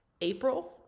April